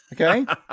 Okay